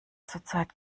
zurzeit